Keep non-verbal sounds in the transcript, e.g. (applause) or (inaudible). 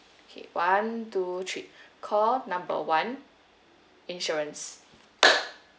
okay one two three call number one insurance (noise)